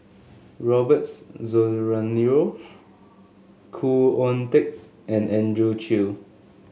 Robbers Rozario Khoo Oon Teik and Andrew Chew